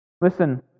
Listen